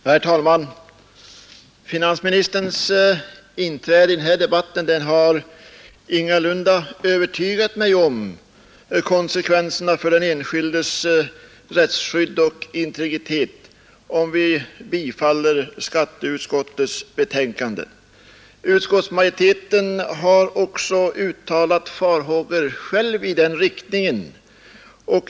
Herr talman! Finansministerns inträde i denna debatt har ingalunda lugnat mig beträffande konsekvenserna för den enskildes rättsskydd och integritet vid ett bifall till skatteutskottets betänkande. Utskottsmajoriteten har också själv uttalat farhågor i den riktningen.